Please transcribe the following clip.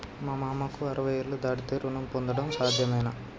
మా మామకు అరవై ఏళ్లు దాటితే రుణం పొందడం సాధ్యమేనా?